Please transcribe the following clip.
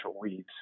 weeds